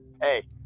Hey